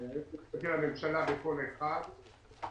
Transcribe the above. היועץ המשפטי לממשלה, ולכל אחד,